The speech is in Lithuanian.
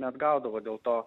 neatgaudavo dėl to